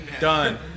Done